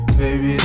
baby